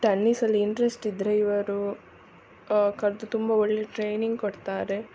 ಟನ್ನೀಸಲ್ಲಿ interest ಇದ್ದರೆ ಇವರು ಕಲಿತು ತುಂಬ ಒಳ್ಳೆಯ ಟ್ರೈನಿಂಗ್ ಕೊಡ್ತಾರೆ